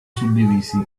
suddivisi